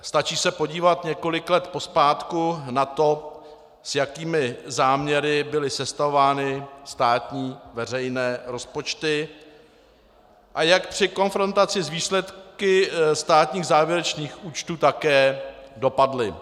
Stačí se podívat několik let pozpátku na to, s jakými záměry byly sestavovány státní veřejné rozpočty a jak při konfrontaci s výsledky státních závěrečných účtů také dopadly.